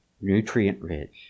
nutrient-rich